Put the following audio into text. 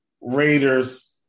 Raiders